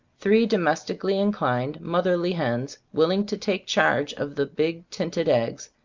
three domestically inclined, motherly hens, willing to take charge of the big tinted eggs,